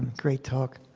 great talk.